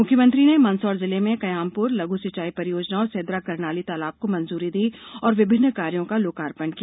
मुख्यमंत्री ने मंदसौर जिले में कयामपुर लघु सिंचाई परियोजना और सेदरा करनाली तालाब को मंजूरी दी और विभिन्न कार्यो का लोकार्पण किया